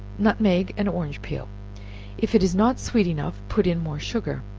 nutmeg and orange peel if it is not sweet enough, put in more sugar.